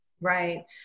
right